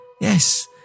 Yes